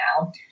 now